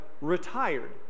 retired